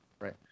Right